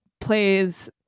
plays